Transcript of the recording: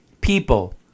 people